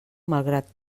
malgrat